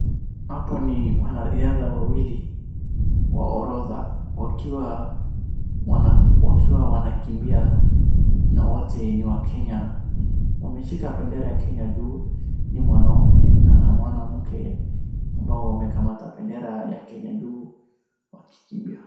Hapo ni wanariadha wawili wa orodha wakiwa wanakimbia na wote ni wa Kenya. Wameshika bendera ya kenya juu. Ni mwanaume na mwanamke ambao wamekamata bendera ya Kenya juu wakikimbia.